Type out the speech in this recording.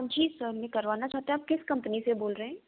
जी sir मैं करवाना चाहते आप किस कंपनी से बोल रहे हैं